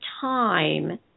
time